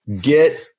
get